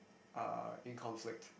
uh in conflict